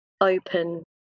open